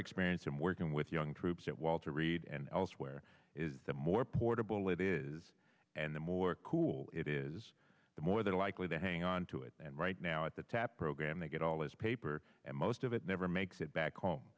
experience in working with young troops at walter reed and elsewhere is that more portable it is and the more cool it is the more they're likely to hang on to it and right now at the tap program they get all this paper and most of it never makes it back home